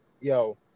yo